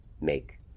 make